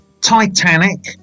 Titanic